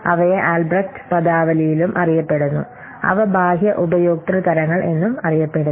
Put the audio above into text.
അവയെ ആൽബ്രെക്റ്റ് പദാവലിയിലും അറിയപ്പെടുന്നു അവ ബാഹ്യ ഉപയോക്തൃ തരങ്ങൾ എന്നും അറിയപ്പെടുന്നു